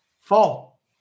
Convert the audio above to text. Fall